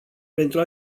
pentru